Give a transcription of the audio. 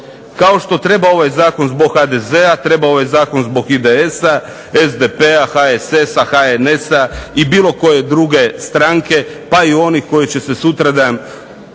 kao što treba ovaj zakon zbog HDZ-a, treba ovaj zakon zbog IDS-a, SDP-a, HSS-a, HNS-a i bilo koje druge stranke pa i onih koji će se sutradan